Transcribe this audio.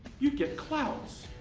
you get clouds.